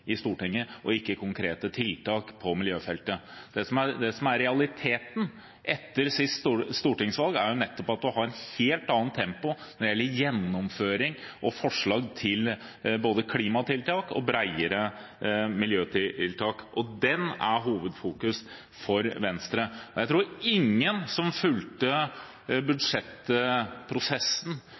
i Stortinget og ikke konkrete tiltak på miljøfeltet. Det som er realiteten etter det siste stortingsvalget, er at det er et helt annet tempo når det gjelder gjennomføring av og forslag til både klimatiltak og bredere miljøtiltak. Det er hovedfokuset for Venstre. Og jeg tror at ingen som fulgte